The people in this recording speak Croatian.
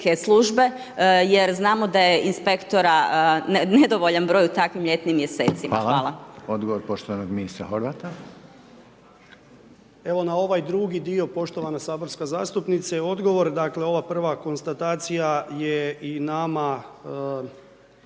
jer znamo da je inspektora nedovoljan broj u takvim ljetnim mjesecima? Hvala. **Reiner, Željko (HDZ)** Odgovor poštovanog ministra Horvata. **Horvat, Darko (HDZ)** Evo na ovaj drugi dio poštovana saborska zastupnice, odgovor, dakle ova prva konstatacija je i nama